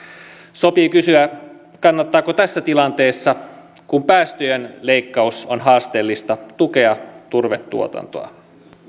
sopii kysyä kannattaako tässä tilanteessa kun päästöjen leikkaus on haasteellista tukea turvetuotantoa